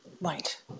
right